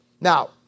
Now